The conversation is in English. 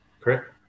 correct